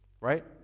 Right